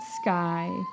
sky